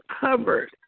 covered